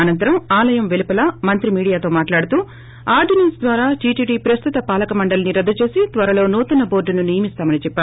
ఆనంతరం ఆలయం పెలుపల మంత్రి మీడియాతో మాట్లాడుతూ ఆర్గినెన్స్ ద్వారా టిటిడి ప్రస్తుత పాలకమండలిని రద్దు చేసి త్వరలో నూతన బోర్దును నియమిస్తామని చెప్పారు